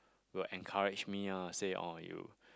will encourage me ah say orh you